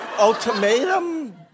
Ultimatum